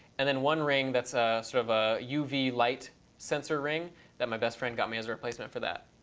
and then one ring that's sort of a uv light sensor ring that my best friend got me as a replacement for that.